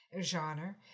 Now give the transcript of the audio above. genre